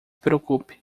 preocupe